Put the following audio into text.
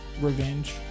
revenge